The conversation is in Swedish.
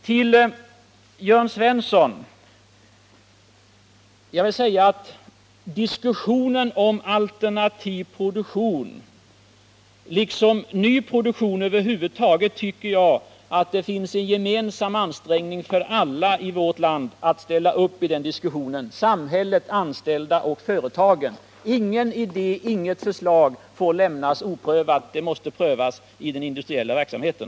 Till Jörn Svensson vill jag säga att det finns anledning för oss alla att ställa upp i diskussionen om alternativ produktion liksom om ny produktion över huvud taget. Det gäller alla: samhället, de anställda och företagen. Ingen idé och inget förslag får lämnas oprövat, utan det måste prövas i den industriella verksamheten.